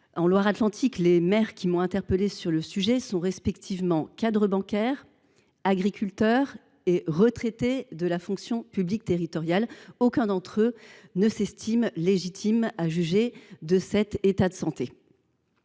En Loire Atlantique, les maires qui m’ont interpellée sur ce sujet sont respectivement cadre bancaire, agriculteur et retraité de la fonction publique territoriale. Aucun d’entre eux n’estime être à même de juger de l’état de santé